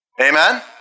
Amen